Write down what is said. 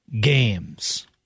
games